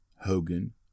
Hogan